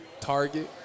target